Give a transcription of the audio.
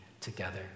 together